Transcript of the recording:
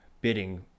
bidding